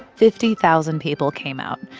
fifty thousand people came out.